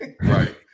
Right